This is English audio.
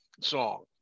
song